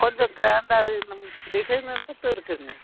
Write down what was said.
கொஞ்சம் கிராண்டாக வேணும் டிசைனர் பட்டும் இருக்குங்க